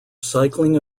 cycling